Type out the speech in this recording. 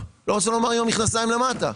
לא רוצה לומר עם המכנסיים למטה.